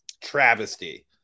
travesty